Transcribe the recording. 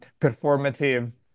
performative